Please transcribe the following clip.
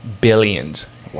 Billions